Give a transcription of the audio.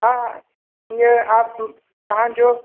हा इअं आप तव्हांजो